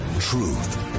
Truth